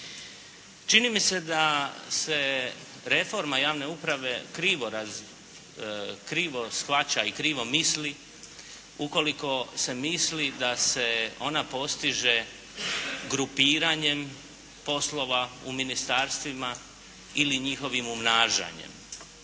Čini mi se da se reforma javne uprave krivo shvaća i krivo misli ukoliko se misli da se ona postiže grupiranjem poslova u ministarstvima ili njihovim umnažanjem.